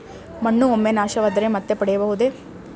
ಮಣ್ಣು ಒಮ್ಮೆ ನಾಶವಾದರೆ ಮತ್ತೆ ಪಡೆಯಬಹುದೇ?